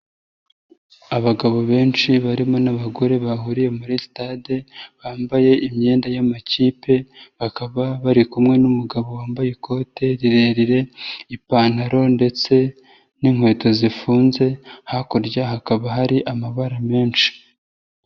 Abagabo benshi barimo n'abagore bahuriye muri sitade, bambaye imyenda y'amakipe, bakaba bari kumwe n'umugabo wambaye ikote rirerire, ipantaro ndetse n'inkweto zifunze, hakurya hakaba hari amabara menshi.